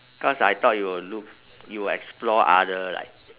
cause I thought you'll look you'll explore other like